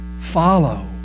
Follow